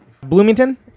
Bloomington